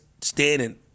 standing